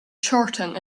charting